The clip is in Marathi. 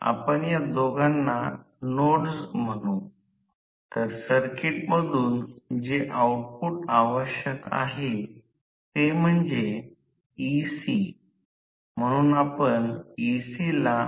आता रोटर ओपन सर्किट नसल्याने त्याचे शॉर्ट सर्किट केले जाते परंतु रोटर ला फिरण्यास परवानगी नाही आणि रोटर विंडिंगवर शॉर्ट सर्किट आहे